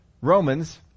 Romans